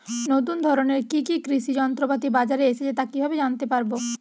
নতুন ধরনের কি কি কৃষি যন্ত্রপাতি বাজারে এসেছে তা কিভাবে জানতেপারব?